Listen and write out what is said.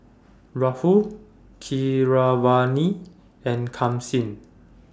Rahul Keeravani and Kanshi